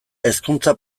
hezkuntza